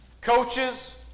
coaches